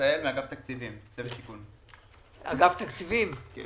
הצעת החוק, אנחנו